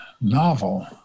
novel